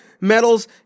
medals